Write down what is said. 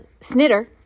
Snitter